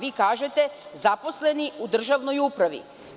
Vi kažete – zaposleni u državnoj upravi.